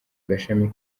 gashami